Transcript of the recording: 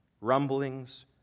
rumblings